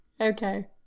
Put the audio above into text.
Okay